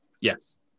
Yes